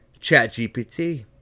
ChatGPT